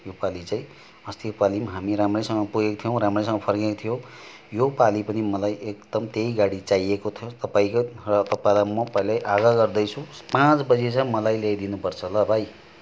योपालि चाहिँ अस्तिको पालि नि हामी राम्रैसँग पुगेको थियौँ रामैसँग फर्केको थियौँ योपालि पनि मलाई एकदम त्यही गाडी चाहिएको थियो र तपाईँको र तपाईँलाई म पहिल्यै आग्रह गर्दैछु पाँच बजी मलाई ल्याइदिनुपर्छ ल भाइ